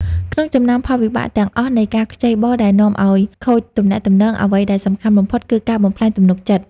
ក្នុងចំណោមផលវិបាកទាំងអស់នៃការខ្ចីបុលដែលនាំឲ្យខូចទំនាក់ទំនង អ្វីដែលសំខាន់បំផុតគឺការបំផ្លាញទំនុកចិត្ត។